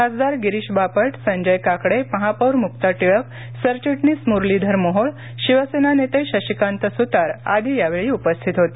खासदार गिरीश बापट संजय काकडे महापौर मुक्ता टिळक सरचिटणीस मुरलीधर मोहोळ शिवसेना नेते शशिकांत सुतार आदी यावेळी उपस्थित होते